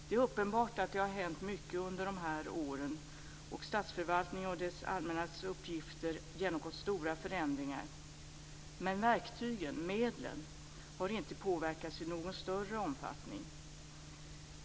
Det är uppenbart att det har hänt mycket under de här åren. Statsförvaltningen och det allmännas uppgifter har genomgått stora förändringar, men verktygen, medlen, har inte påverkats i någon större omfattning.